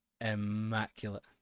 immaculate